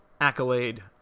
accolade